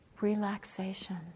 relaxation